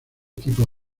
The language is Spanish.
tipo